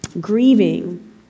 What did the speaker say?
grieving